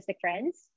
friends